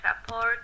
support